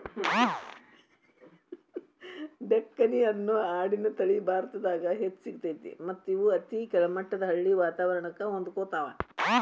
ಡೆಕ್ಕನಿ ಅನ್ನೋ ಆಡಿನ ತಳಿ ಭಾರತದಾಗ್ ಹೆಚ್ಚ್ ಸಿಗ್ತೇತಿ ಮತ್ತ್ ಇವು ಅತಿ ಕೆಳಮಟ್ಟದ ಹಳ್ಳಿ ವಾತವರಣಕ್ಕ ಹೊಂದ್ಕೊತಾವ